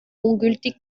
ungültig